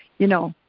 you know,